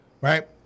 Right